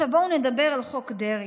בואו נדבר על חוק דרעי.